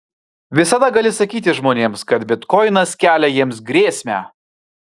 visada gali sakyti žmonėms kad bitkoinas kelia jiems grėsmę